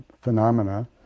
Phenomena